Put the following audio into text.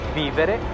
vivere